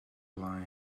blaen